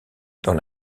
dans